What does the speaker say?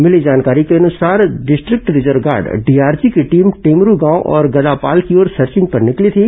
मिली जानकारी के अनुसार डिस्ट्रिक्ट रिजर्व गार्ड डीआरजी की टीम टेमरू गांव और गदापाल की ओर सर्विंग पर निकली थी